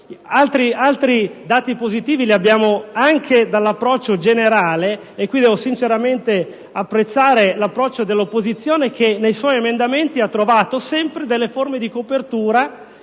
Altri dati positivi li ricaviamo anche dall'approccio generale, e io devo, a questo punto, apprezzare sinceramente l'approccio dell'opposizione che nei suoi emendamenti ha trovato sempre delle forme di copertura